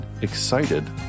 excited